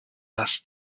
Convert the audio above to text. das